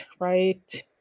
right